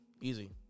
Easy